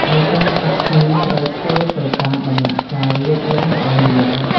ឯការដាក់ជីត្រូវធ្វើទៅតាមដំណាក់កាលលូតលាស់របស់មៀន។